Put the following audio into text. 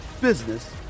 business